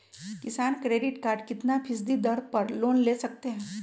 किसान credit card कितना फीसदी दर पर लोन ले सकते हैं?